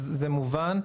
אז זה מובן.